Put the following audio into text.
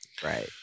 right